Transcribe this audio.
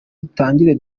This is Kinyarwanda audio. dutangire